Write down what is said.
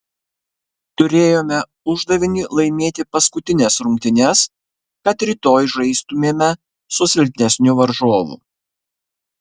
turėjome uždavinį laimėti paskutines rungtynes kad rytoj žaistumėme su silpnesniu varžovu